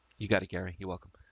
you got to gary. you're welcome.